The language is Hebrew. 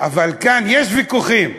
אבל כאן, יש ויכוחים,